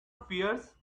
fears